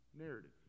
narrative